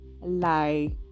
lie